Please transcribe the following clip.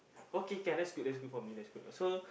okay can that's good that's good for me that's good so